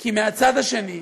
כי מהצד השני,